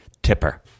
tipper